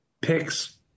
picks